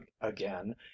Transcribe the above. again